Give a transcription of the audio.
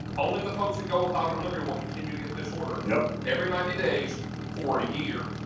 only the folks that go with auto delivery will continue to get this order yeah every ninety days for a year.